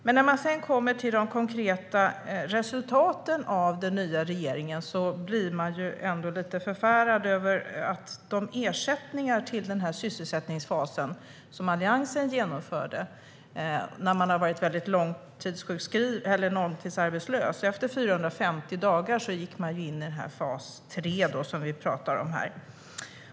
Men när man sedan kommer till de konkreta resultaten från den nya regeringen blir man ändå lite förfärad över ersättningarna till den sysselsättningsfas som Alliansen genomförde för dem som varit långtidsarbetslösa. Efter 450 dagar gick dessa personer in i fas 3, som vi talar om här.